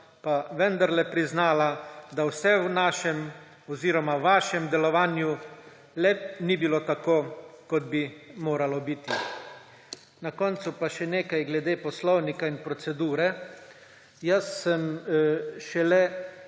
pa vendarle priznala, da vse v našem oziroma vašem delovanju le ni bilo tako, kot bi moralo biti. Na koncu pa še nekaj glede poslovnika in procedure. Jaz sem šele